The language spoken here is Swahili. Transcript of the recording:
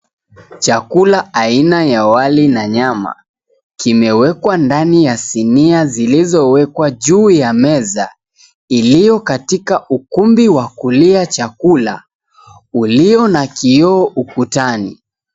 Chakula aina ya wali na nyama, kimewekwa ndani ya sinia zilizowekwa ju ya meza iliyokatika ukumbi wa kulia chakula, ulio na kioo ukutani.